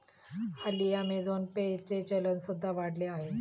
हल्ली Amazon pay चे चलन सुद्धा वाढले आहे